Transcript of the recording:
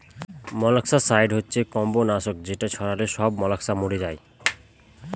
molluscicide হচ্ছে কম্বজ নাশক যেটা ছড়ালে সব মলাস্কা মরে যায়